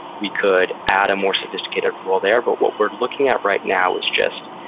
we could add a more sophisticated role there, but what we're looking at right now is just